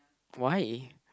why